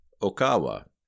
Okawa